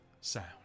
sound